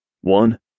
One